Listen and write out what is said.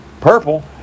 Purple